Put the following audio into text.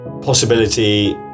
Possibility